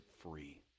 free